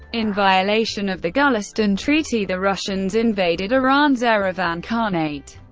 in violation of the gulistan treaty, the russians invaded iran's erivan khanate.